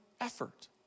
effort